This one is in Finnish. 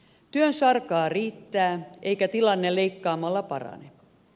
työsarkaa riittää eikä tilanne leikkaamalla parane